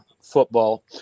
football